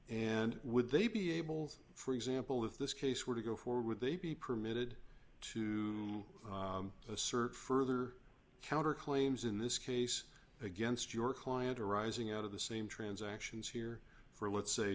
and would they be able for example if this case were to go forward they be permitted to assert further counter claims in this case against your client arising out of the same transactions here for let's say